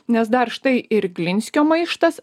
nes dar štai ir glinskio maištas